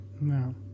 No